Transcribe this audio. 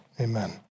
Amen